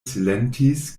silentis